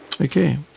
Okay